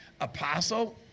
apostle